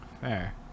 fair